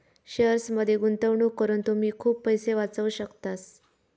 शेअर्समध्ये गुंतवणूक करून तुम्ही खूप पैसे वाचवू शकतास